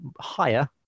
higher